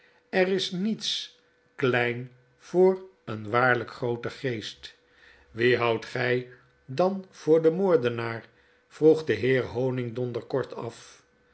er is niets klein voor een waarlyk grooten geest wien houdt gy dan voor den moordenaar vroeg de heer honigdonder kortaf